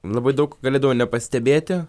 labai daug galėdavau nepastebėti